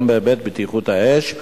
גם בהיבט בטיחות האש,